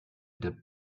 dip